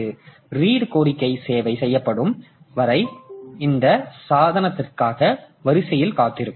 எனவே ரீட் கோரிக்கை சேவை செய்யப்படும் வரை இந்த சாதனத்திற்கான வரிசையில் காத்திருக்கும்